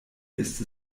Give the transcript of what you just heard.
ist